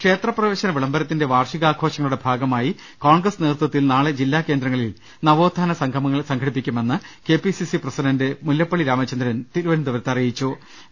ക്ഷേത്രപ്രവേശന വിളംബരത്തിന്റെ വാർഷികാഘോഷ ങ്ങളുടെ ഭാഗമായി കോൺഗ്രസ് നേതൃത്വത്തിൽ നാളെ ജില്ലാ കേന്ദ്രങ്ങളിൽ നവോത്ഥാന സംഗമങ്ങൾ സംഘടിപ്പിക്കുമെന്ന് K P CC president Mullappally Ramachandran അറിയി ച്ചു